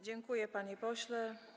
Dziękuję, panie pośle.